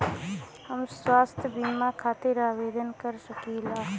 हम स्वास्थ्य बीमा खातिर आवेदन कर सकीला?